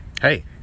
Hey